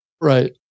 Right